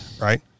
right